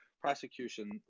prosecution